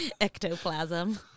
ectoplasm